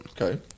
Okay